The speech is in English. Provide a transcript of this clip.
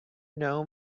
know